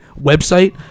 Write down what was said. website